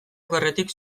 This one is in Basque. okerretik